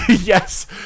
Yes